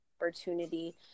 opportunity